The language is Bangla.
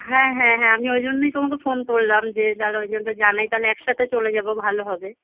হ্যাঁ হ্যাঁ হ্যাঁ আমি ওই জন্যই তোমাকে ফোন করলাম যে দাঁড়াও ওই জন্য জানাই তাহলে একসাথে চলে যাবো ভালো হবে